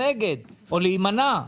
נגד או להימנע.